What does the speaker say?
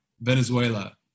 Venezuela